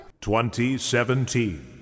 2017